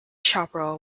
chaparral